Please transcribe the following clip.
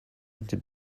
into